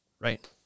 Right